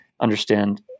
understand